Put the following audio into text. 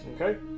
Okay